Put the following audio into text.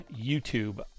YouTube